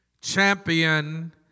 champion